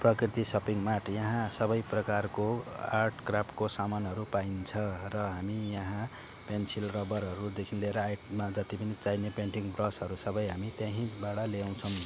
प्रकृति shopping mart यहाँ सबै प्रकारको आर्ट क्राफ्टको सामानहरू पाइन्छ र हामी यहाँ पेन्सिल रबरहरूदेखि लिएर आर्टमा जति पनि चाहिने पेन्टिङ ब्रसहरू सबै हामी त्यहीँबाट ल्याउँछौँ